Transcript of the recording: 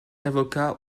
avocat